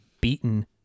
beaten